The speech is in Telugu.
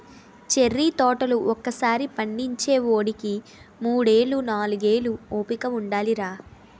చెర్రి తోటలు ఒకసారి పండించేవోడికి మూడేళ్ళు, నాలుగేళ్ళు ఓపిక ఉండాలిరా